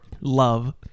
love